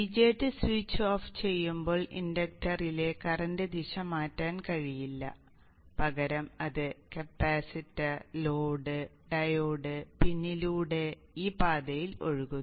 BJT switch off ചെയ്യുമ്പോൾ ഇൻഡക്ടറിലെ കറന്റിന് ദിശ മാറ്റാൻ കഴിയില്ല പകരം അത് കപ്പാസിറ്റർ ലോഡ് ഡയോഡ് പിന്നിലൂടെ ഈ പാതയിൽ ഒഴുകുന്നു